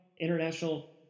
International